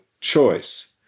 choice